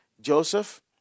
Joseph